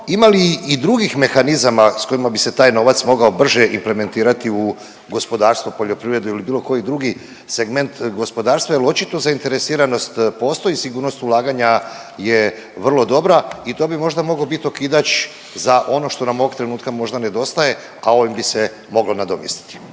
ima li i drugih mehanizama s kojima bi se taj novac mogao brže implementirati u gospodarstvo, poljoprivredu ili bilo koji drugi segment gospodarstva, jer očito zainteresiranost postoji, sigurnost ulaganja je vrlo dobra i to bi možda moglo bit okidač za ono što nam ovog trenutka možda nedostaje, a ovim bi se moglo nadomjestiti.